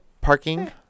parking